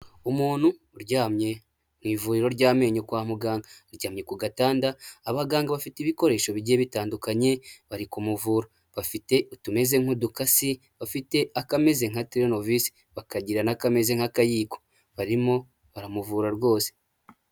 Umuntu uryamye mu ivuriro ry'amenyo kwa muganga. Aryamye ku gatanda, abaganga bafite ibikoresho bigiye bitandukanye bari kumuvura. Bafite utumeze nk'udukasi, bafite akameze nka toronovisi, bakagira n'akameze nk'akayiko barimo baramuvura rwose.